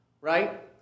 right